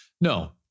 no